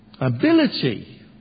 ability